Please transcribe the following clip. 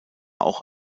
auch